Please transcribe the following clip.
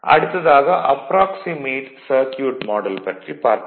அடுத்ததாக approximate circuit model பற்றி பார்ப்போம்